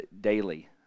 daily